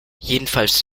jedenfalls